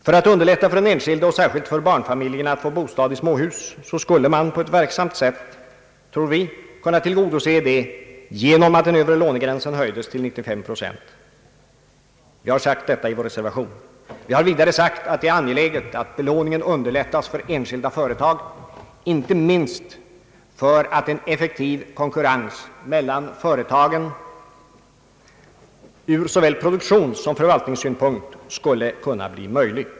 För att underlätta för enskilda och särskilt barnfamiljerna att få bostad i småhus bör man enligt vår mening höja övre lånegränsen till 95 procent, vilket på ett verksamt sätt skul le kunna tillgodose detta önskemål. Det har framhållits i reservationen. Vidare har sagts att det är angeläget att belåningen underlättas för enskilda företag, inte minst för att en effektiv konkurrens mellan företagen ur såväl produktionssom förvaltningssynpunkt skall möjliggöras.